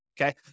okay